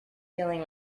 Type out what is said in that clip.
feeling